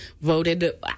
voted